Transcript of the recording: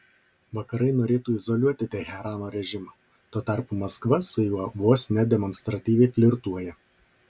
vakarai norėtų izoliuoti teherano režimą tuo tarpu maskva su juo vos ne demonstratyviai flirtuoja